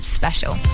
special